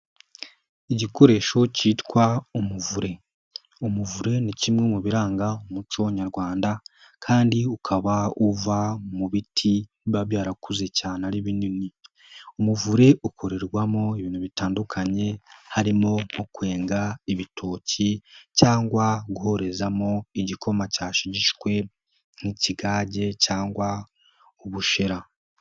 Igikoresho cyitwa umuvure. Umuvure ni kimwe mu biranga umuco Nyarwanda kandi ukaba uva mu biti biba byarakuze cyane ari binini. Umuvure ukorerwamo ibintu bitandukanye harimo nko kwenga ibitoki cyangwa guhorezamo igikoma cyashigishwe nk'ikigage cyangwa ubushera.